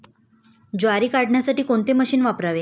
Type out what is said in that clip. ज्वारी काढण्यासाठी कोणते मशीन वापरावे?